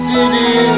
City